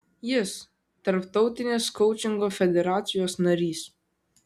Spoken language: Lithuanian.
jis tarptautinės koučingo federacijos narys